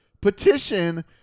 petition